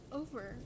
over